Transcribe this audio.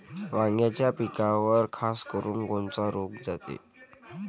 वांग्याच्या पिकावर खासकरुन कोनचा रोग जाते?